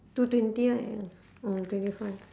two twenty right ya mm twenty five